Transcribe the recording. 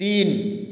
তিন